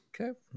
Okay